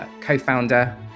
co-founder